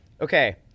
Okay